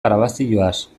grabazioaz